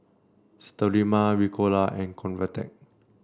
Sterimar Ricola and Convatec